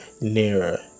nearer